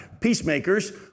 peacemakers